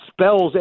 spells